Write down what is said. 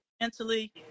mentally